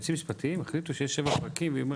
יועצים משפטיים שיש שבעה פרקים.